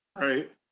Right